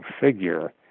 figure